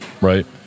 right